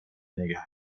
نگه